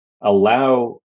allow